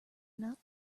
not